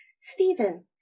Stephen